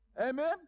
Amen